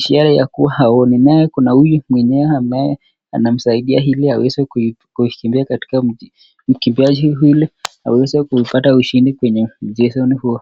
ishara ya kua haoni naye kunaye mwingine anayemsaidia ili aweze kukimbia katika mkimbiaji yule aweze kuipata ushindi kwenye mchezoni huo.